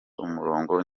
umurongo